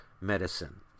Medicine